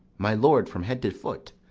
my lord, from head to foot.